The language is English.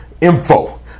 info